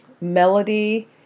melody